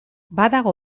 badago